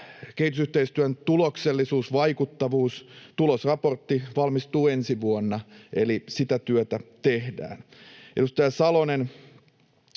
Kehitysyhteistyön tuloksellisuus, vaikuttavuus. — Tulosraportti valmistuu ensi vuonna, eli sitä työtä tehdään. Edustaja Salonen: